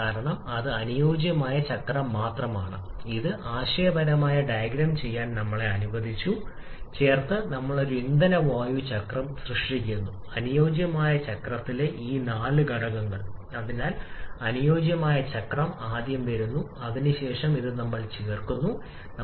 കാരണം ഇതുപോലുള്ള അനുമാനങ്ങൾ ഏതെങ്കിലും തരത്തിലുള്ള സംഘർഷങ്ങളെ അവഗണിക്കുകയാണ് നഷ്ടം ഏതെങ്കിലും തരത്തിലുള്ള താപ ചോർച്ചയെ നമ്മൾ അവഗണിക്കുകയാണ് സിസ്റ്റത്തിൽ ഉണ്ടാകാവുന്ന രാസവസ്തുക്കളായ നോൺക്വിലിബ്രിയം നമ്മൾ അവഗണിക്കുകയാണ്